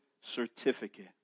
certificate